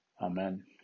Amen